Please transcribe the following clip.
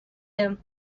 him